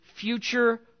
future